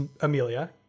Amelia